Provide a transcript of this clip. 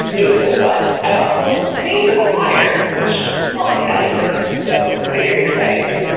it was really fun. i also made the choir, which was an added bonus. so very exciting.